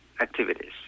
activities